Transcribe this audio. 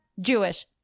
Jewish